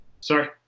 Sorry